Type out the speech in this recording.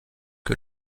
que